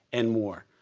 and more.